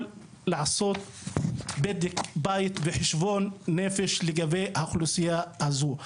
לעשות בדק בית וחשבון נפש לגבי האוכלוסייה הזו.